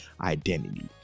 identity